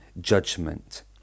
judgment